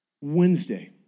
Wednesday